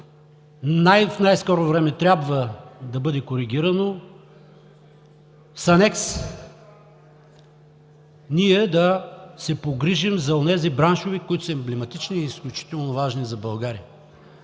в най-скоро време трябва да бъде коригирано с анекс, да се погрижим за онези браншове, които са емблематични и изключително важни за България.